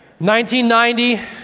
1990